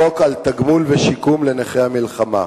חוק על תגמול ושיקום לנכי המלחמה,